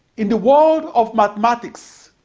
in the world of mathematics,